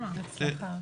תודה.